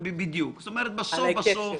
גם על "ההילה"